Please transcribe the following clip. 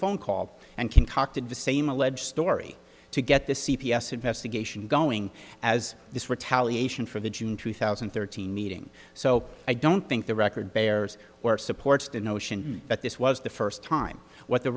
phone call and concocted the same alleged story to get the c p s investigation going as this retaliation for the june two thousand and thirteen meeting so i don't think the record bears or supports the notion that this was the first time what the